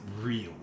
real